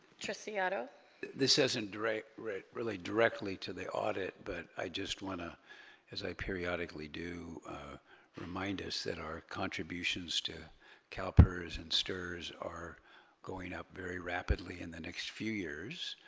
treci otto this isn't direct right really directly to the audit but i just wanna as i period ah eclis do remind us that our contributions to calpers and stors are going up very rapidly in the next few years